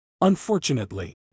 unfortunately